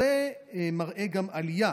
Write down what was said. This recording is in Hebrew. זה מראה גם עלייה